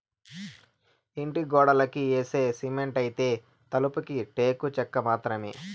ఇంటి గోడలకి యేసే సిమెంటైతే, తలుపులకి టేకు చెక్క మాత్రమే